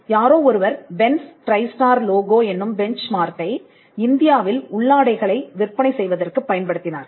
யாரோ ஒருவர் Benz tri star logo என்னும் பென்ச் மார்க்கை இந்தியாவில் உள்ளாடைகளை விற்பனை செய்வதற்குப் பயன்படுத்தினார்